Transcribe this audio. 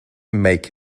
make